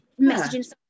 messaging